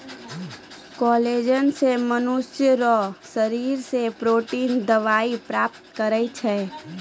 collagen से मनुष्य रो शरीर से प्रोटिन दवाई प्राप्त करै छै